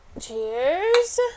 Cheers